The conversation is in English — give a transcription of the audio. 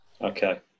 Okay